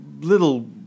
little